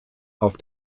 auf